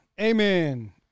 Amen